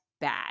bad